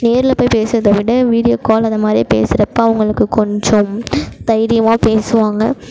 நேரில் போய் பேசுகிறத விட வீடியோ கால் அது மாதிரி பேசுகிறப்ப அவங்களுக்கு கொஞ்சம் தைரியமாக பேசுவாங்க